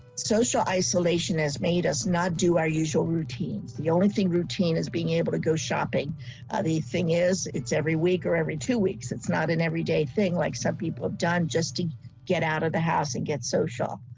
social isolation has made us not do our usual routines the only thing routine is being able to go shopping the thing is it's every week or every two weeks, it's not an everyday thing like some people have done just to get out of the house to and get social.